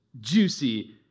juicy